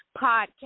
podcast